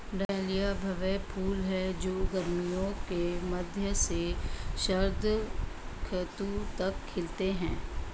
dahlia भव्य फूल हैं जो गर्मियों के मध्य से शरद ऋतु तक खिलते हैं